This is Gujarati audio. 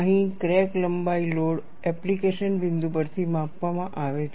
અહીં ક્રેક લંબાઈ લોડ એપ્લિકેશન બિંદુ પરથી માપવામાં આવે છે